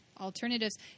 alternatives